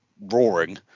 roaring